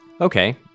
Okay